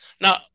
Now